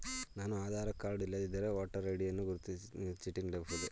ನಾನು ಆಧಾರ ಕಾರ್ಡ್ ಇಲ್ಲದಿದ್ದರೆ voter ID ಯನ್ನು ಗುರುತಿನ ಚೀಟಿಯಾಗಿ ನೀಡಬಹುದೇ?